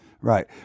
Right